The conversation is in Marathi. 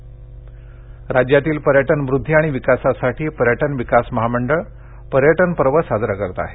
पर्यटन राज्यातील पर्यटन वृद्धी आणि विकासासाठी पर्यटन विकास महामंडळ पर्यटन पर्व साजरं करत आहे